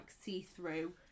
see-through